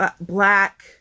black